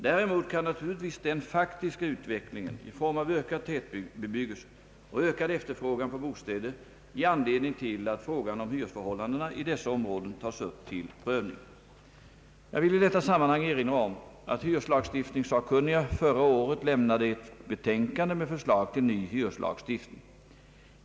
Däremot kan naturligtvis den faktiska utvecklingen i form av ökad tätbebyggelse och ökad efterfrågan på bostäder ge anledning till att frågan om hyresförhållandena i dessa områden tas upp till prövning. Jag vill i detta sammanhang erinra om att hyreslagstiftningssakkunniga förra året lämnade ett betänkande med förslag till ny hyreslagstiftning.